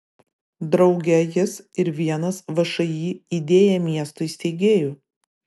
drauge jis ir vienas všį idėja miestui steigėjų